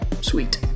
sweet